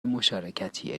مشارکتی